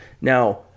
Now